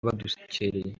babukereye